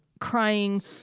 crying